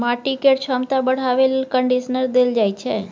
माटि केर छमता बढ़ाबे लेल कंडीशनर देल जाइ छै